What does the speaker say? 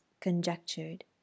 conjectured